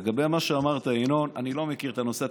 לגבי מה שאמרת, ינון, אני לא מכיר את הנושא.